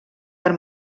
per